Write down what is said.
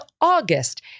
August